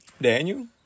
Daniel